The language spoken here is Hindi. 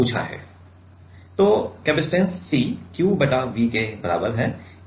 तो कैपेसिटेंस C Q बटा V के बराबर है